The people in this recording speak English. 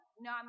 No